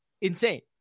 insane